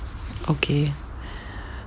okay